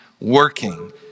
working